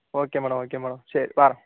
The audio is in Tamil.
ஓகே மேடோம் ஓகே மேடோம் சரி வாரேன்